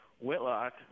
Whitlock